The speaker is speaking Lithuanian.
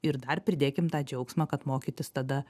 ir dar pridėkim tą džiaugsmą kad mokytis tada